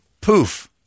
poof